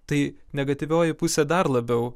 tai negatyvioji pusė dar labiau